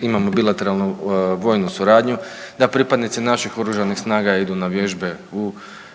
imamo bilateralnu vojnu suradnju, da pripadnici naših oružanih snaga idu na vježbe u Saveznu